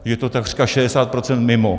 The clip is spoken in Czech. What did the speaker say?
Je to takřka 60 % mimo.